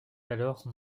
alors